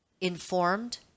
informed